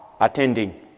attending